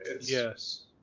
Yes